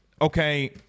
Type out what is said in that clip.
okay